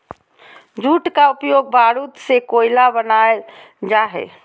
jute का उपयोग बारूद से कोयला बनाल जा हइ